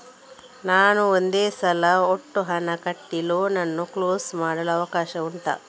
ನಾನು ಒಂದೇ ಸಲ ಒಟ್ಟು ಹಣ ಕಟ್ಟಿ ಲೋನ್ ಅನ್ನು ಕ್ಲೋಸ್ ಮಾಡಲು ಅವಕಾಶ ಉಂಟಾ